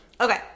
Okay